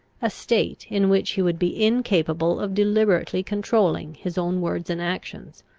a state in which he would be incapable of deliberately controlling his own words and actions.